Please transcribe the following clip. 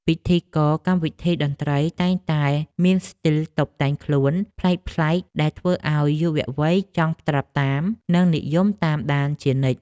ពិធីករកម្មវិធីតន្ត្រីតែងតែមានស្ទីលតុបតែងខ្លួនប្លែកៗដែលធ្វើឱ្យយុវវ័យចង់ត្រាប់តាម និងនិយមតាមដានជានិច្ច។